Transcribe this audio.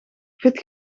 fit